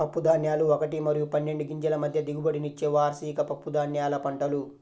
పప్పుధాన్యాలు ఒకటి మరియు పన్నెండు గింజల మధ్య దిగుబడినిచ్చే వార్షిక పప్పుధాన్యాల పంటలు